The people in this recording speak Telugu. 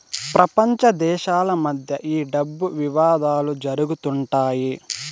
ప్రపంచ దేశాల మధ్య ఈ డబ్బు వివాదాలు జరుగుతుంటాయి